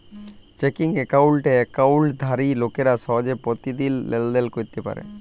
checking একাউল্টে একাউল্টধারি লোকেরা সহজে পতিদিল লেলদেল ক্যইরতে পারে